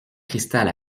cristal